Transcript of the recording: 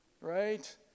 Right